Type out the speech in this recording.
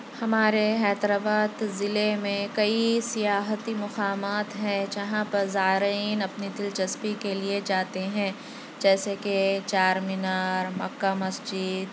ہمارے حیدر آباد ضلع میں کئی سیاحتی مقامات ہیں جہاں پر زارئین اپنی دلچسپی کے لیے جاتے ہیں جیسے کہ چار مینار مکہ مسجد